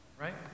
Right